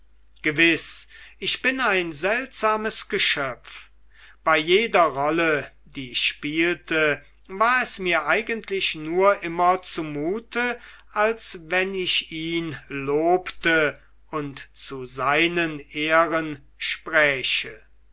gewiß ich bin ein seltsames geschöpf bei jeder rolle die ich spielte war es mir eigentlich nur immer zumute als wenn ich ihn lobte und zu seinen ehren spräche